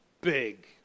big